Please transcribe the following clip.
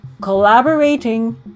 collaborating